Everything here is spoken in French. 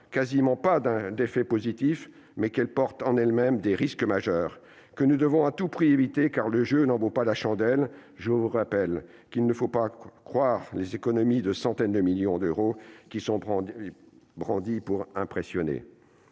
quasiment pas d'effet positif, mais qu'elle comporte des risques majeurs que nous devons à tout prix éviter, car le jeu n'en vaut pas la chandelle. Je le répète, il ne faut pas croire aux économies de centaines de millions d'euros qui sont brandies pour impressionner.